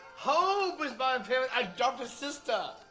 hope, is my favorite adopted sister.